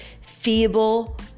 feeble